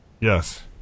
Yes